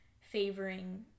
favoring